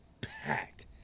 packed